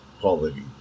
quality